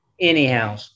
anyhow